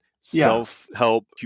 self-help